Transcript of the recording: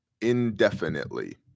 Indefinitely